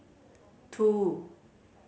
two